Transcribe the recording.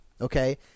Okay